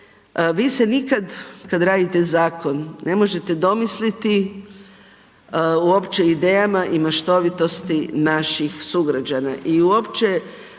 vi se nikad kad radite zakon, ne možete domisliti uopće idejama i maštovitosti naših sugrađana i uopće